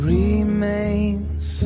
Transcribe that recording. remains